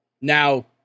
now